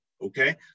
okay